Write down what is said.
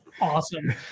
Awesome